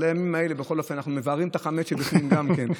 בכל אופן, אנחנו מבערים את החמץ שבפנים גם כן.